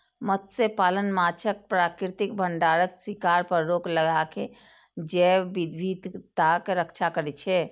मत्स्यपालन माछक प्राकृतिक भंडारक शिकार पर रोक लगाके जैव विविधताक रक्षा करै छै